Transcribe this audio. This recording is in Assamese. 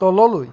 তললৈ